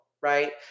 Right